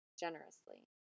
generously